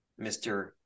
Mr